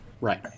right